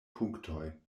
punktoj